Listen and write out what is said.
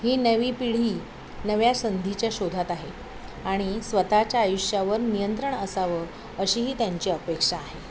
ही नवी पिढी नव्या संधीच्या शोधात आहे आणि स्वतःच्या आयुष्यावर नियंत्रण असावं अशीही त्यांची अपेक्षा आहे